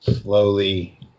slowly